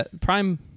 prime